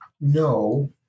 no